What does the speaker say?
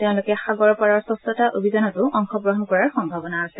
তেওঁলোকে সাগৰ পাৰৰ স্বচ্ছতা অভিযানতো অংশগ্ৰহণ কৰাৰ সম্ভাৱনা আছে